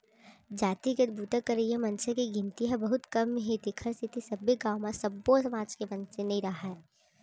जातिगत बूता करइया मनसे के गिनती ह बहुते कम हे तेखर सेती सब्बे गाँव म सब्बो समाज के मनसे नइ राहय